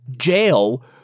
Jail